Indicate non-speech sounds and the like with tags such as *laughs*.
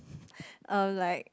*laughs* err like